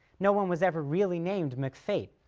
no one was ever really named mcfate.